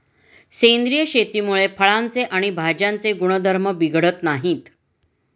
सेंद्रिय शेतीमुळे फळांचे आणि भाज्यांचे गुणधर्म बिघडत नाहीत